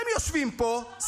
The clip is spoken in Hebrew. ואתם יושבים פה,